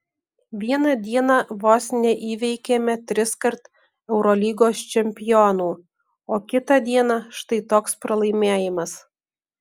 vieną dieną vos neįveikėme triskart eurolygos čempionų o kitą dieną štai toks pralaimėjimas